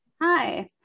Hi